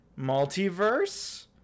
Multiverse